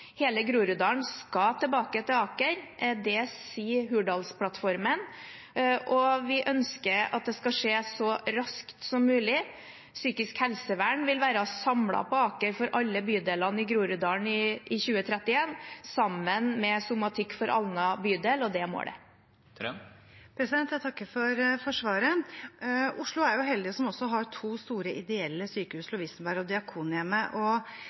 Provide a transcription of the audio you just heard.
Hele Groruddalen skal tilbake til Aker. Det sier Hurdalsplattformen, og vi ønsker at det skal skje så raskt som mulig. Psykisk helsevern vil være samlet på Aker for alle bydelene i Groruddalen i 2031, sammen med somatikk for Alna bydel, og det er målet. Jeg takker for svaret. Oslo er heldig som også har to store ideelle sykehus, Lovisenberg og Diakonhjemmet.